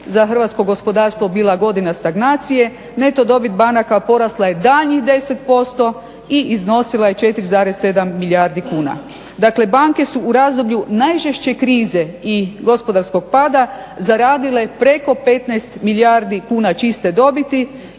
za hrvatsko gospodarstvo bila godina stagnacije neto dobit banaka porasla je daljnjih 10% i iznosila je 4,7 milijardi kuna. Dakle, banke su u razdoblju najžešće krize i gospodarskog pada zaradile preko 15 milijardi kuna čiste dobiti